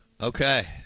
Okay